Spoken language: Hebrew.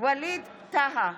ווליד טאהא,